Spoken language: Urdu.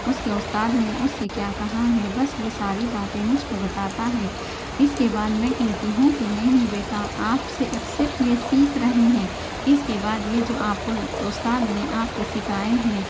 اس کے استاد نے اس سے کیا کہا ہے بس وہ ساری باتیں مجھ کو بتاتا ہے اس کے بعد میں کہتی ہوں کہ نہیں بیٹا آپ سے ایک صرف یہ سیکھ رہے ہیں اس کے بعد یہ جو آپ کو استاد نے آپ کے سکھائے ہیں